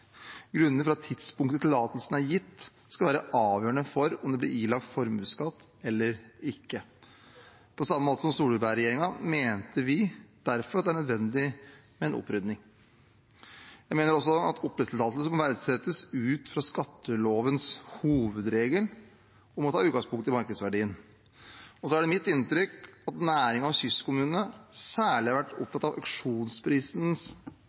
for at tidspunktet tillatelsen er gitt på, skal være avgjørende for om det blir ilagt formuesskatt eller ikke. På samme måte som Solberg-regjeringen mente vi derfor at det er nødvendig med en opprydning. Jeg mener også at oppdrettstillatelse må verdsettes ut fra skattelovens hovedregel om å ta utgangspunkt i markedsverdien. Det er også mitt inntrykk at næringen og kystkommunene særlig har vært